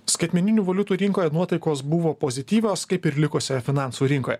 skaitmeninių valiutų rinkoje nuotaikos buvo pozityvios kaip ir likusioje finansų rinkoje